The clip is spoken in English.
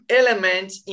elements